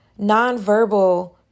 nonverbal